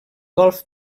golf